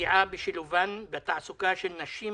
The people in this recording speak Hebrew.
מפגיעה בשילובן בתעסוקה של נשים